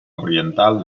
oriental